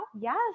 Yes